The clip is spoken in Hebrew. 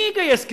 מי יגייס כסף?